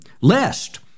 lest